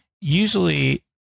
usually